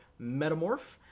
metamorph